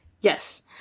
Yes